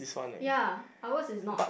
ya ours is not